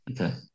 Okay